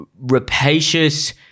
rapacious